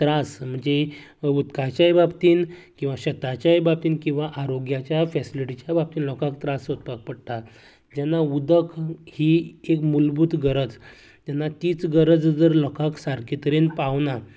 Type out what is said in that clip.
त्रास म्हणजे उदकाचेय बाबतींत किंवां शेतांचेय बाबतींत किंवां आरोग्याच्या फेसिलिटिच्या बाबतींत लोकांक त्रास सोंसपाक पडटा जेन्ना उदक ही एक मुलभूत गरज तेन्ना तीच गरज जर लोकांक सारकीं तरेन पावना